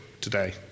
today